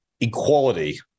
equality